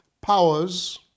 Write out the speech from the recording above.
powers